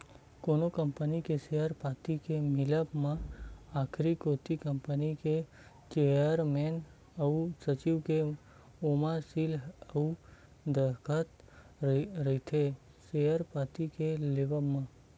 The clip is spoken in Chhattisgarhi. कोनो कंपनी के सेयर पाती के मिलब म आखरी कोती कंपनी के चेयरमेन अउ सचिव के ओमा सील अउ दस्कत रहिथे सेयर पाती के लेवब म